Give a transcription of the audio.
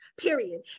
period